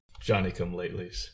Johnny-come-latelys